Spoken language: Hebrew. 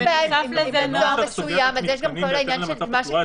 אם אנחנו רואים שמשהו לא טוב קורה,